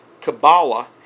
Kabbalah